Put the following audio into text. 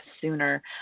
sooner